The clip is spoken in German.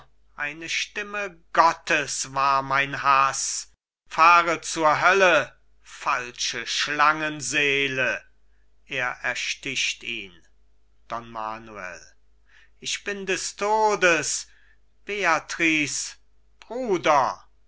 eine stimme gottes war mein haß fahre zur hölle falsche schlangenseele er ersticht ihn don manuel ich bin des todes beatrice bruder